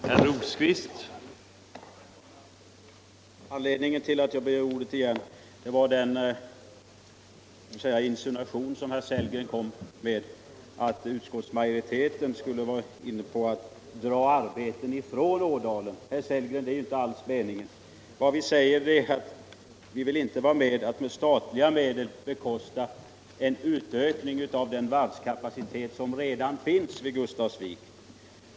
Herr talman! Anledningen till att jag begärde ordet igen var herr Scltgrens insinuation, att utskoltsmajoriteten skulle ha varit inne på tanken att dra arbeten från Ådalen. Det ir inte alls meningen, herr Sellgren! Vad vi säger är alt vi inte vill vara med om att med statliga medel bekosta en utökning av den varvskapacitet som redan finns vid Gustafsviksvarvet.